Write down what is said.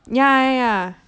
ya ya ya